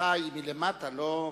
המהפכה היא מלמטה, לא מלמעלה.